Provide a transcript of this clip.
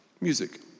Music